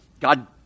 God